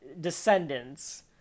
descendants